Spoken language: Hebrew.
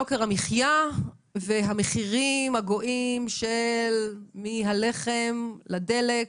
יוקר המחייה והמחירים הגואים מהלחם לדלק,